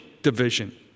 division